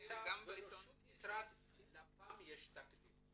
מפרסם --- בלפ"מ יש תקדים.